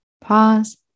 pause